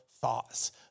thoughts